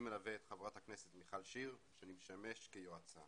מלווה את חברת הכנסת מיכל שיר שאני משמש כיועצה